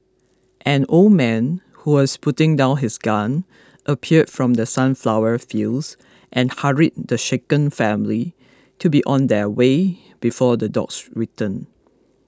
an old man who was putting down his gun appeared from the sunflower fields and hurried the shaken family to be on their way before the dogs return